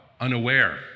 unaware